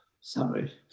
Sorry